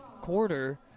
quarter